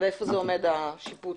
ואיפה עומד השיפוט?